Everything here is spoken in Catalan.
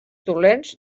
dolents